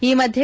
ಈ ಮಧ್ಯೆ